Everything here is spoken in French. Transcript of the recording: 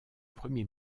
premier